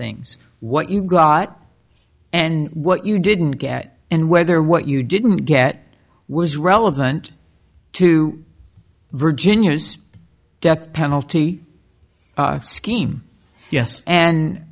things what you got and what you didn't get and whether what you didn't get was relevant to virginia's death penalty scheme yes and